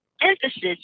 emphasis